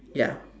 ya